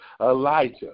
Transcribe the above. elijah